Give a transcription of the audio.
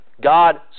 God